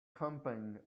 camping